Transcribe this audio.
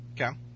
okay